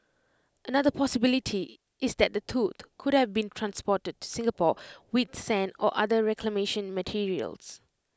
another possibility is that the tooth could have been transported to Singapore with sand or other land reclamation materials